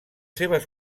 seves